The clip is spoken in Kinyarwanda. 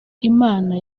imana